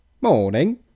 morning